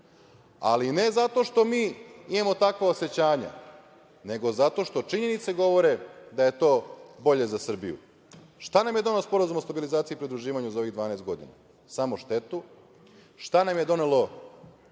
ali ne zato što mi imamo takva osećanja, nego zato što činjenice govore da je to bolje za Srbiju. Šta nam je doneo Sporazum o stabilizaciji i pridruživanju za ovih 12 godina? Samo štetu. Šta nam je donelo